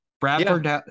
Bradford